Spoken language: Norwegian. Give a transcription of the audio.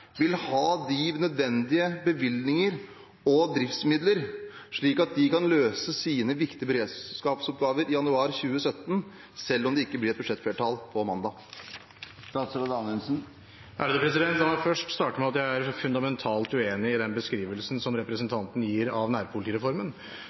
vil ha de nødvendige bevilgninger og driftsmidler, slik at de kan løse sine viktige beredskapsoppgaver i januar 2017 selv om det ikke blir et budsjettflertall mandag? La meg først starte med å si at jeg er fundamentalt uenig i den beskrivelsen som